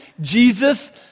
Jesus